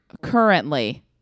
currently